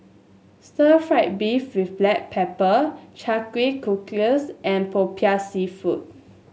stir fry beef with Black Pepper cockles and popiah seafood